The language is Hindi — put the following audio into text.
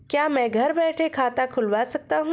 क्या मैं घर बैठे खाता खुलवा सकता हूँ?